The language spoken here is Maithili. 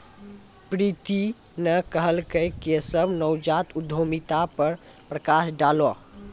प्रीति न कहलकै केशव नवजात उद्यमिता पर प्रकाश डालौ